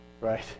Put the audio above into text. Right